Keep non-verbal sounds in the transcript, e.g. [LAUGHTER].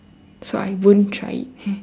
so I wouldn't try it [LAUGHS]